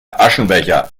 aschenbecher